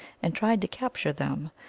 and tried to capture them,